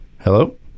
Hello